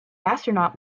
astronaut